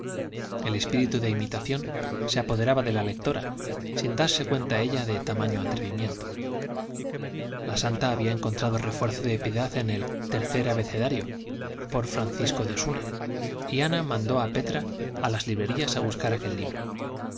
el espíritu de imitación se apoderaba de la lectora sin darse ella cuenta de tamaño atrevimiento la santa había encontrado refuerzo de piedad en el tercer abecedario por fr francisco de osuna y ana mandó a petra a las librerías a buscar aquel libro